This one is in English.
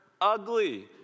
ugly